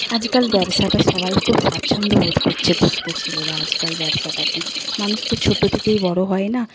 আজকাল ব্যবসাটা সবাই খুব স্বাচ্ছন্দ্য বোধ করছে করতে ছেলেরা আজকাল ব্যবসাটাকে মানুষ তো ছোট থেকেই বড় হয় না